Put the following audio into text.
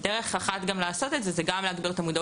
דרך אחת גם לעשות את זה היא להגביר את המודעות